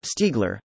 Stiegler